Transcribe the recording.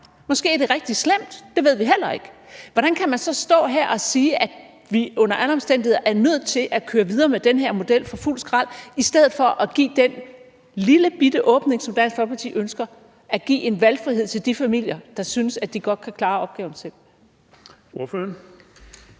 måske er det rigtig slemt. Det ved vi heller ikke. Hvordan kan man så stå her og sige, at vi under alle omstændigheder er nødt til at køre videre med den her model, for fuldt skrald, i stedet for at give den lillebitte åbning, som Dansk Folkeparti ønsker, nemlig at give en valgfrihed til de familier, der synes, at de godt kan klare opgaven selv? Kl.